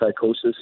psychosis